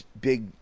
big